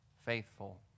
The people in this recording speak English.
faithful